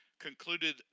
concluded